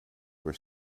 were